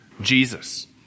Jesus